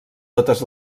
totes